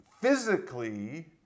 physically